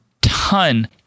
ton